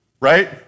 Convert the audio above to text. right